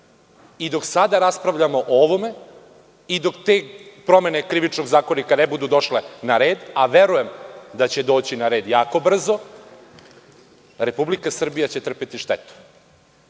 Dok sada raspravljamo o ovome i dok te promene KZ ne budu došle na red, a verujem da će doći na red jako brzo, Republika Srbija će trpeti